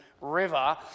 River